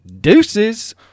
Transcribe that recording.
Deuces